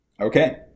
Okay